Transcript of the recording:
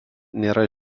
nėra